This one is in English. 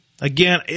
again